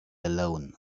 alone